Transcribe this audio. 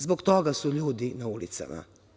Zbog toga su ljudi na ulicama.